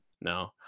No